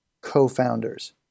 co-founders